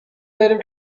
داریم